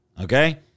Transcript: Okay